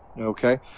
Okay